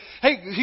hey